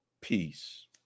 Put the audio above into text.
peace